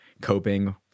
coping